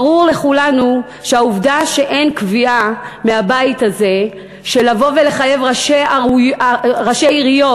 ברור לכולנו שהעובדה שאין קביעה מהבית הזה לחייב ראשי עיריות